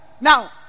Now